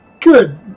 Good